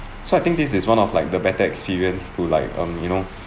so I think this is one of like the better experience to like um you know